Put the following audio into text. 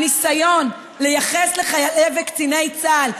הניסיון לייחס לחיילי וקציני צה"ל,